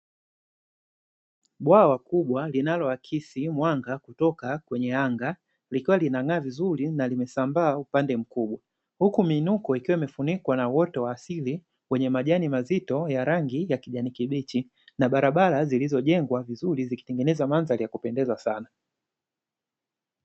Bwawa kubwa linaloakisi mwanga kutoka kwenye anga, likiwa linang'aa vizuri na limesambaa upande mkubwa. Huku miinuko ikiwa imefunikwa na uoto wa asili, wenye majani mazito ya rangi ya kijani kibichi, na barabara zilizojengwa vizuri zikitengeneza mandhari ya kupendeza sana.